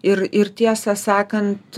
ir ir tiesą sakant